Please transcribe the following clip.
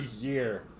year